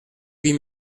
huit